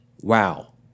Wow